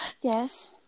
Yes